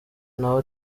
nawe